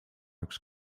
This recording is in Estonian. üks